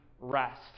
rest